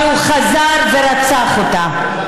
אבל הוא חזר ורצח אותה.